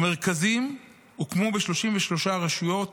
המרכזים הוקמו ב-33 רשויות,